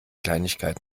kleinigkeit